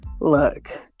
look